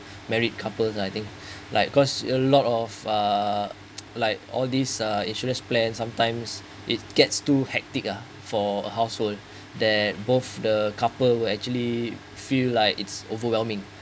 married couples I think like cause a lot of uh like all these uh insurance plan sometimes it gets too hectic ha for household that both the couple will actually feel like it's overwhelming